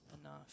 enough